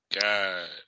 God